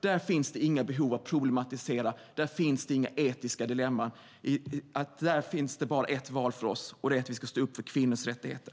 Där finns det inga behov av att problematisera, där finns det inga etiska dilemman. För oss finns det bara ett val. Det är att vi ska stå upp för kvinnors rättigheter.